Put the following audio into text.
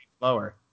lower